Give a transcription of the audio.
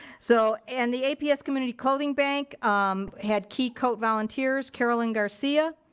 so, and the aps community clothing bank um had key coat volunteers, carolyn garcia